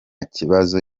kibazo